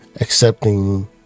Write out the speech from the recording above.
accepting